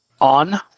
on